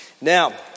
Now